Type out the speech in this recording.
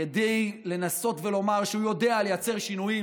כדי לנסות ולומר שהוא יודע לייצר שינויים,